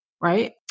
Right